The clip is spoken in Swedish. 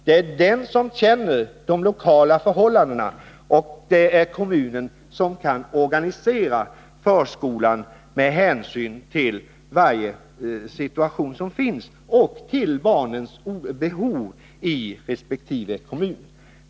Det är de som känner de lokala förhållandena och det är kommunerna som kan organisera förskolan med hänsyn till varje situation som råder och med hänsyn till barnens behov i resp. kommun.